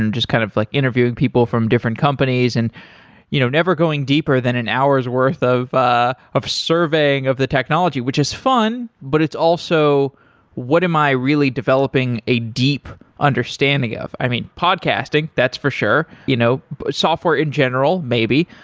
and just kind of like interviewing people from different companies and you know never going deeper than an hours' worth of ah of surveying of the technology, which is fun, but it's also what am i really developing a deep understanding of? i mean, podcasting, that's for sure. you know software in general? maybe.